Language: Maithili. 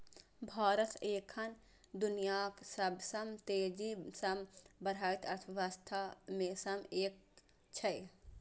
भारत एखन दुनियाक सबसं तेजी सं बढ़ैत अर्थव्यवस्था मे सं एक छै